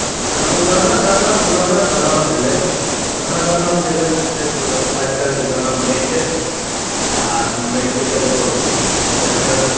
गाना पुराना गाना पुराना गाना भेलै पुराना गानामे जे रस छै से आब आइकाल्हिके गानामे नहि छै आ मानिके चलहो बढ़िऑं